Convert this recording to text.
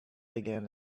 began